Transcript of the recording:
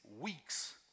weeks